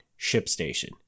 ShipStation